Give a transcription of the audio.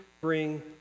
bring